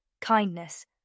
kindness